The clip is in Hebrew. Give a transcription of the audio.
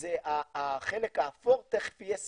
זה החלק האפור, תיכף יהיה סיכום.